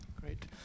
Great